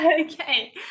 Okay